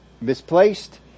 misplaced